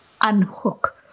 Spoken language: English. unhook